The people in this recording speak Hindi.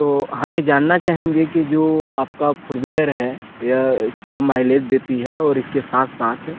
तो हम ये जानना चाहेंगे कि जो आपका फोर व्हीलर है क्या माइलेज देती है और इसके साथ साथ